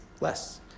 Less